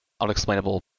unexplainable